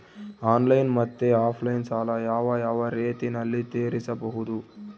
Online ಮತ್ತೆ offline ಸಾಲ ಯಾವ ಯಾವ ರೇತಿನಲ್ಲಿ ತೇರಿಸಬಹುದು?